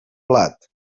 blat